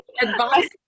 advice